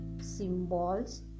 symbols